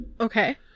Okay